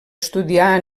estudiar